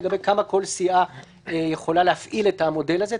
לגבי כמה כל סיעה יכולה להפעיל את המודל הזה,